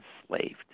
enslaved